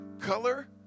Color